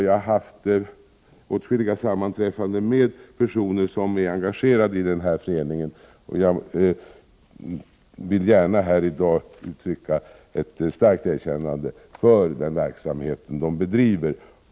Jag har haft åtskilliga sammanträffanden med personer som är engagerade i föreningen. Jag vill här i dag gärna uttrycka ett starkt erkännande för den verksamhet som de bedriver.